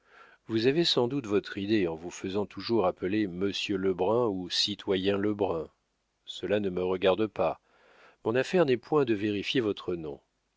vous avez sans doute votre idée en vous faisant toujours appeler monsieur lebrun ou citoyen lebrun cela ne me regarde pas mon affaire n'est point de vérifier votre nom